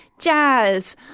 jazz